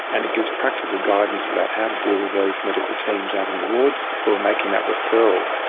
and it gives practical guidance about how to deal with those medical teams out on the wards who are making that referral,